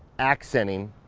accenting,